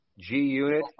G-Unit